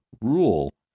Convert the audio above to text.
rule